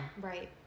right